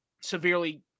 severely